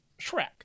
Shrek